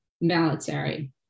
military